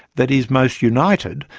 that is most united,